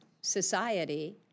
society